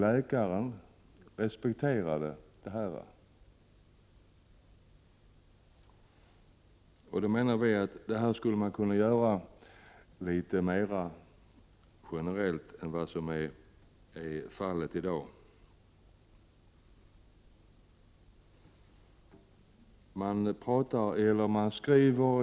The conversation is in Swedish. Läkaren respekterade hennes önskan. Mot den bakgrunden menar vi motionärer att skriftliga viljeförklaringar kunde förekomma litet mera generellt än som i dag är fallet.